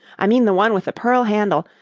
i mean the one with the pearl handle,